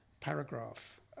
paragraph